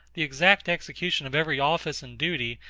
the exact execution of every office and duty,